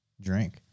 drink